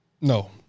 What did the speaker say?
no